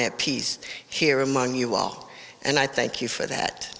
that peace here among you all and i thank you for